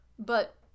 But